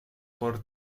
por